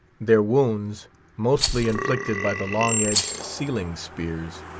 their wounds mostly inflicted by the long-edged sealing-spears,